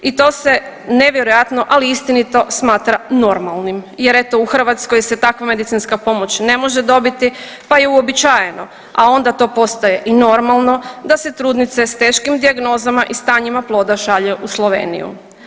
I to se nevjerojatno ali istinito smatra normalnim jer eto u Hrvatskoj se takva medicinska pomoć ne može dobiti pa je uobičajeno, a onda to postaje i normalno da se trudnice s teškim dijagnozama i stanjima ploda šalje u Sloveniju.